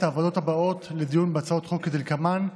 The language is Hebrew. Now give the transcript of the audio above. הוועדות הבאות לדיון בהצעות החוק כדלקמן,